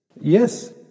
Yes